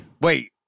wait